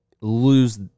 lose